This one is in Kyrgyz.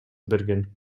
берген